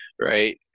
right